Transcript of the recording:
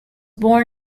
born